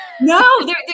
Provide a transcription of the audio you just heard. No